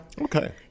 Okay